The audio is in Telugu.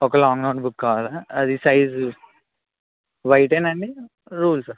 ఒక లాంగ్ నోట్ బుక్ కావాలా అది సైజ్ వైటా అండి రూల్సా